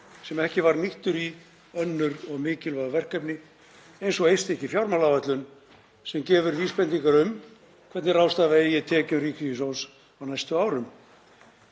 sem ekki var nýttur í önnur mikilvæg verkefni eins og eitt stykki fjármálaáætlun sem gefur vísbendingar um hvernig ráðstafa eigi tekjum ríkissjóðs á næstu árum.